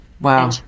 Wow